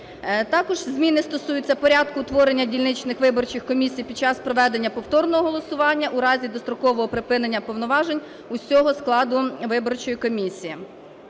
Також зміни стосуються порядку утворення дільничних виборчих комісій під час проведення повторного голосування в разі дострокового припинення повноважень всього складу виборчої комісії.